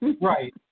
right